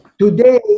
Today